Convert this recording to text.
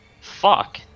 Fuck